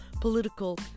political